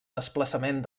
desplaçament